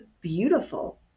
beautiful